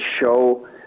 show